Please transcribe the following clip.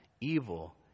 evil